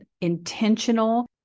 intentional